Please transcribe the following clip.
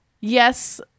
yes